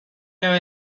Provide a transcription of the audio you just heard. have